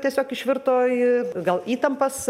tiesiog išvirto į gal įtampas